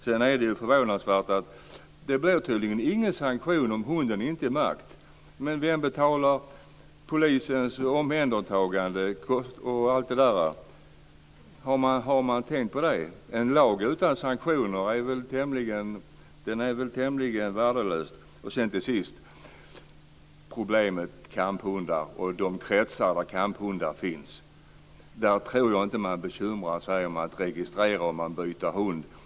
Det är förvånansvärt att det tydligen inte blir någon sanktion om hunden inte är märkt. Men vem betalar för att polisen gör ett omhändertagande? Har man tänkt på det? En lag utan sanktioner är väl tämligen värdelös? Sedan är det problemet med kamphundar och de kretsar där det finns kamphundar. Jag tror inte att man där bekymrar sig om att registrera ett byte av hund.